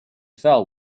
fell